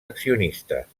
accionistes